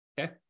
Okay